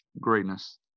greatness